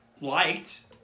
liked